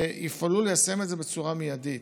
שיפעלו ליישם את זה בצורה מיידית.